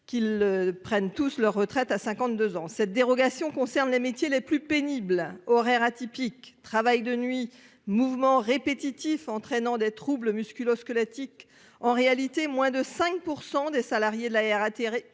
que tous prennent leur retraite à cet âge. Cette dérogation concerne les métiers les plus pénibles : horaires atypiques, travail de nuit, mouvements répétitifs entraînant des troubles musculo-squelettiques. En réalité, moins de 5 % des salariés de la RATP